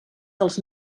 dels